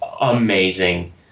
amazing